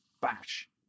bash